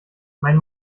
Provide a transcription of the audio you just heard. mein